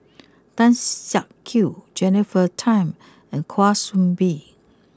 Tan Siak Kew Jennifer Tham and Kwa Soon Bee